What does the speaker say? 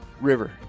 river